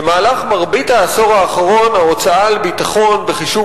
במהלך מרבית העשור האחרון ההוצאה על ביטחון בחישוב